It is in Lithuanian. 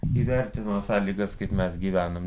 įvertino sąlygas kaip mes gyvenam